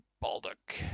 Baldock